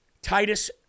Titus